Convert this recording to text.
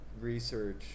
research